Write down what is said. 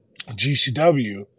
GCW